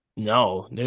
No